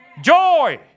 Joy